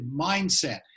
mindset